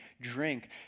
drink